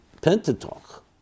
Pentateuch